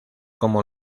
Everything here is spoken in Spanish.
como